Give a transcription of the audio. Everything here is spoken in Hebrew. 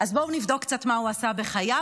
בואו נבדוק קצת מה הוא עשה בחייו,